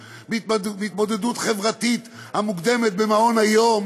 בהתמודדות חברתית המוקדמת במעון היום,